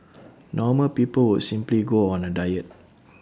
normal people would simply go on A diet